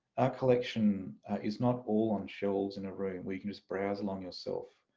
our collection is not all on shelves in a room where you can just browse along yourself.